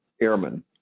airmen